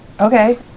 Okay